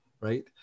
Right